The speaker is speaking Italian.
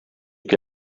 che